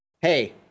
hey